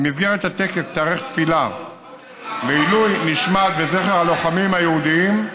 במסגרת הטקס תיערך תפילה לעילוי נשמתם וזכרם של